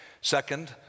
Second